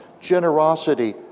generosity